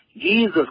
Jesus